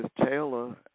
Taylor